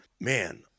man